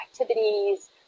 activities